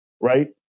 right